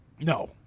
No